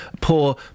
Poor